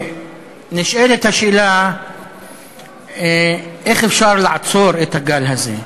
ונשאלת השאלה איך אפשר לעצור את הגל הזה.